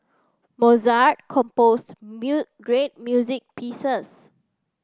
Mozart composed great music pieces